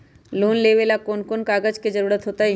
Loan लेवेला कौन कौन कागज के जरूरत होतई?